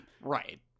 Right